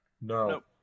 No